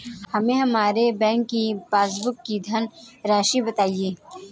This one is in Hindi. हमें हमारे बैंक की पासबुक की धन राशि बताइए